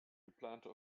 geplante